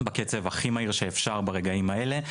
בקצב הכי מהיר שאפשר ברגעים האלה.